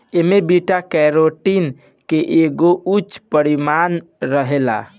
एमे beta carotene के एगो उच्च परिमाण रहेला